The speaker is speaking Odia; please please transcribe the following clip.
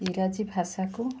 ଇଂରାଜୀ ଭାଷାକୁ